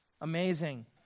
amazing